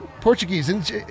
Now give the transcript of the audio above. Portuguese